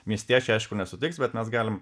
miestiečiai aišku nesutiks bet mes galim